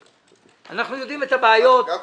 אנחנו יודעים את הבעיות -- גפני,